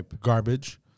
Garbage